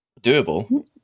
Doable